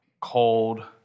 cold